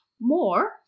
more